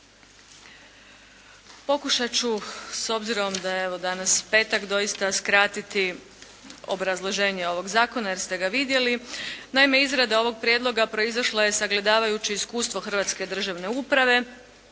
Pokušat ću s obzirom da je evo danas petak doista skratiti obrazloženje ovog zakona jer ste ga vidjeli. Naime, izrada ovog prijedloga proizašla je sagledavajući iskustvo hrvatske državne uprave